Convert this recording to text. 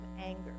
anger